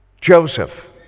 joseph